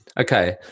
Okay